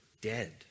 dead